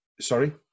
sorry